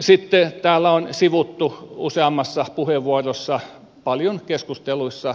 sitten täällä on sivuttu useammassa puheenvuorossa tässäkin salissa paljon keskusteluissa